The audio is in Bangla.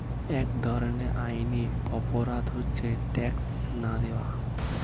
এক ধরনের আইনি অপরাধ হচ্ছে ট্যাক্স না দেওয়া